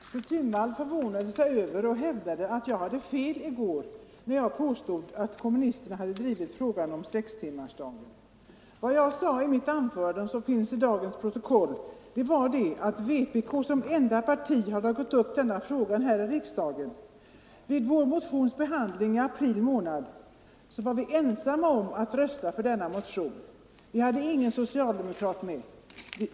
Herr talman! Fru Thunvall förvånade sig över vad jag sagt i går och hävdade att jag hade fel när jag då påstod att kommunisterna drivit frågan om sextimmarsdagen. Vad jag sade i mitt anförande var — som framgår av det snabbprotokoll från gårdagens debatt som delats ut i dag —- att vpk som enda parti har tagit upp denna fråga här i riksdagen, När vår motion behandlades i april månad var vi ensamma om att rösta för motionen — vi hade ingen socialdemokrat med.